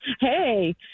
Hey